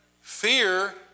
Fear